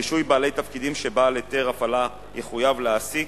רישוי בעלי תפקידים שבעל היתר הפעלה יחויב להעסיק,